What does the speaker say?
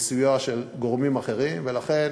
לסיוע של גורמים אחרים, ולכן